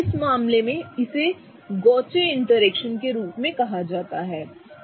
इस मामले में इसे गौचे इंटरैक्शन के रूप में कहा जाता है